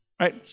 Right